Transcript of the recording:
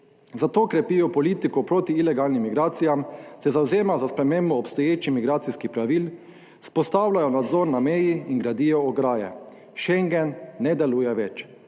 zato krepijo politiko proti ilegalnim migracijam, se zavzema za spremembo obstoječih migracijskih pravil, vzpostavljajo nadzor na meji in gradijo ograje. Schengen ne deluje več.